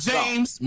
James